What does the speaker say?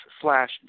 slash